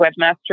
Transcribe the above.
webmaster